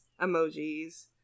emojis